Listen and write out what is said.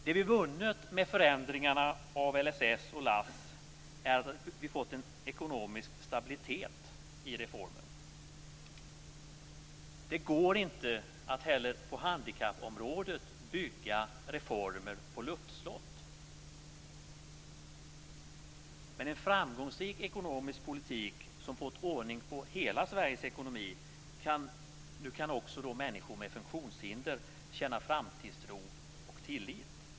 Det vi har funnit med förändringarna av LSS och LASS är att vi har fått en ekonomisk stabilitet i reformen. Det går inte heller att inom handikappområdet bygga reformer på luftslott. Med en framgångsrik ekonomisk politik som fått ordning på hela Sveriges ekonomi kan också människor med funktionshinder känna framtidstro och tillit.